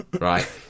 Right